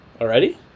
Already